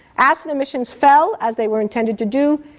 acid emissions fell as they were intended to do,